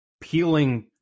peeling